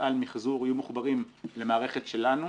מפעל מחזור יהיו מחוברים למערכת שלנו.